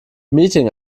meeting